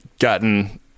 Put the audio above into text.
gotten